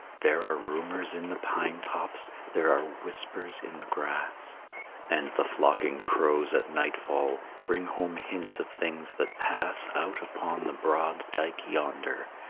there are rumors in the pine-tops, there are whispers in the grass and the flocking crows at nightfall bring home hints of things that pass out upon the broad dike yonder,